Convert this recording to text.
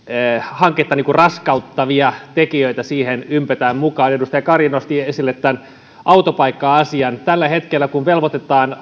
raskauttavia tekijöitä siihen ympätään mukaan edustaja kari nosti esille tämän autopaikka asian tällä hetkellä asuntoja rakentava velvoitetaan